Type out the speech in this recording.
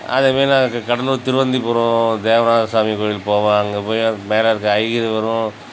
அதே மாதிரி நாங்கள் கடலூர் திருவந்திபுரம் தேவராஜ சாமி கோயில் போவோம் அங்கே போய் மேலே இருக்கிற ஹயகிரிவரும்